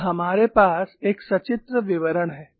अब हमारे पास एक सचित्र विवरण है